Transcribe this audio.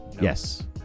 Yes